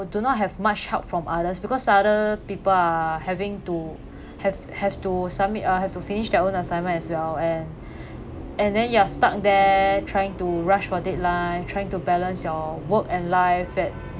you do not have much help from others because other people are having to have have to submit uh have you finished their own assignment as well and and then you're stuck there trying to rush for deadline trying to balance your work and life at